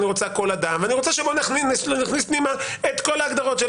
אני רוצה כל אדם ואני רוצה שנכניס פנימה את כל ההגדרות.